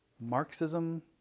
Marxism